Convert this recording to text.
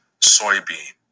soybean